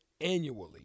annually